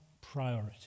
priority